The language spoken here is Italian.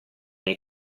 nei